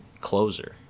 closer